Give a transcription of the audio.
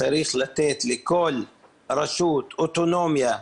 צריך לתת לכל רשות אוטונומיה.